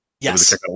Yes